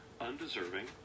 undeserving